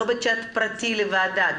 לא בצ'ט פרטי לוועדה,